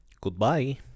Goodbye